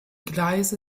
gleise